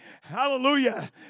Hallelujah